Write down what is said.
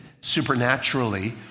supernaturally